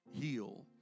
heal